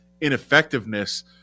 ineffectiveness